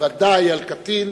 וודאי על קטין,